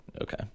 okay